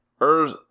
Earth